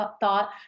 thought